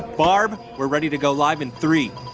barb, we're ready to go live in three,